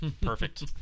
Perfect